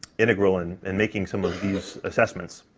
integral in and making some of these assessments.